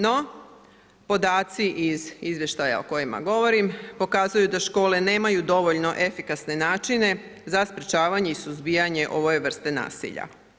No, podaci iz izvještajima o kojima govorim, pokazuju da škole nemaju dovoljno efikasne načine, za sprječavanja i suzbijanja ove vrste nasilja.